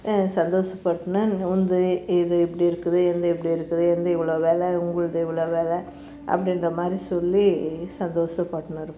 சந்தோசப்படனு உனது இது இப்படி இருக்குது எனது இப்படி இருக்குது எனது இவ்வளோ வில உங்களது இவ்வளோ வில அப்படின்ற மாதிரி சொல்லி சந்தோசப்படனு இருப்போம்